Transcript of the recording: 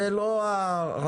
זה לא הרעיון.